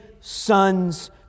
sons